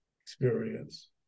experience